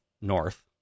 north